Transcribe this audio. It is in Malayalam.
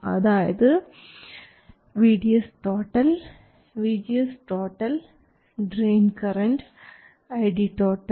അതായത് VDS VGS drain current ID